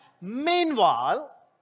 Meanwhile